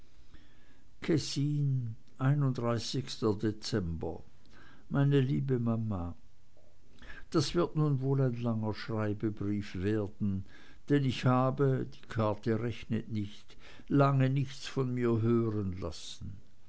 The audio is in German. kessin dezember meine liebe mama das wird nun wohl ein langer schreibebrief werden denn ich habe die karte rechnet nicht lange nichts von mir hören lassen